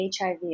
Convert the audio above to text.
HIV